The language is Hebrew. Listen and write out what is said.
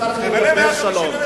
למה אתה לא מציע לבדואים פינוי-פיצוי?